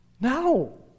No